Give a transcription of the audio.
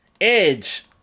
edge